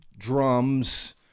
drums